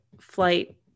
flight